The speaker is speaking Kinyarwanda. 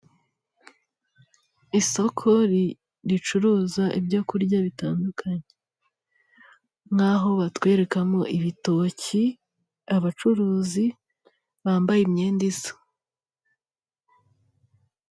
Isoko ricuruza ibyo kurya bitandukanye. Nk'aho batwetreka ibitok, abacuruzi bambaye imyenda isa.